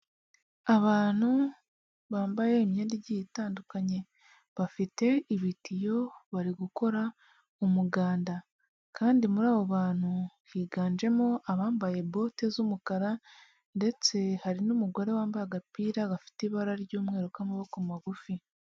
Abantu bambaye imyenda igiye itandukanye. Bafite ibitiyo bari gukora umuganda. Kandi muri abo bantu higanjemo abambaye bote z'umukara ndetse hari n'umugore wambaye agapira gafite ibara ry'umweru k'amaboko magufi.